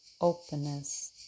openness